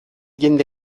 jende